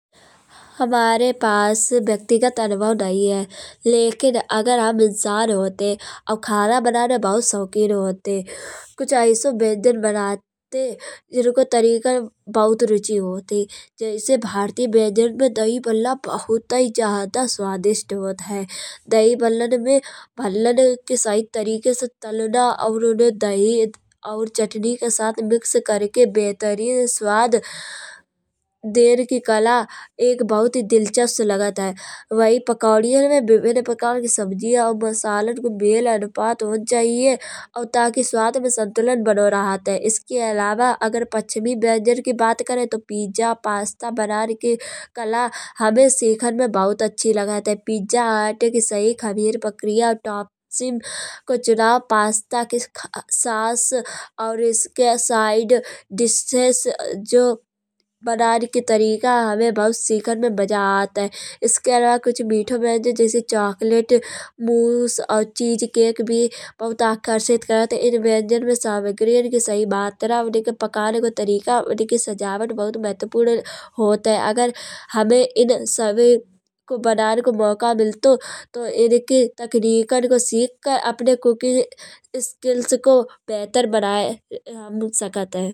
हमारे पास व्यक्तिगत अनुभव नहीं है। लेकिन अगर हम इंसान होते और खाना बनाने में बहुत शौकीन होते। कुछ ऐसो व्यंजन बनाते जिनको तरीका बहुत रुचि होत ही। जैसे भारतीय व्यंजन में दही बल्ला बहुतई ज्यादा स्वादिष्ट होत है। दही बल्लन में भल्लन के सही तरीकन से तुलना और उन्हें दही और चटनी के साथ मिक्स करिके बेहतरीन स्वाद देन की कला एक बहुत दिलचस्प लागत है। वही पक्कौड़ियन में विभिन्न प्रकार की सब्जी और मसालन को मेल अनुपात होन चाहिए और ताकि स्वाद में संतुलन बणो रहत है। इसके अलावा अगर पश्चिमी व्यंजन की बात करे तो पीजा पास्ता बनाने की कला हमें सिखने में बहुत अच्छे लागत है। पीजा आटे की सही खरीद प्रक्रिया टॉक्सिन को चुनाव पास्ता के सास और इसके साइड डिशेस जो बनाने के तरीका में बहुत सिखने में बहुत मजा आत है। इसके अलावा कुछमेठो व्यंजन जैसे चॉकलेट मूस और चीज़ केक भी बहुत आकर्षित करत। इन व्यंजन में सामग्रियों की सही मात्रा उनके पकान को तरीका उनकी सजावट बहुत महत्वपूर्ण होत है। अगर हमें इन सभी को बनाने को मौका मिलतो तो इनकी तकनीकन को सीखके अपनी कुकिंग स्किल्स को बेहतर बनाए हो सकत है।